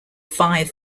five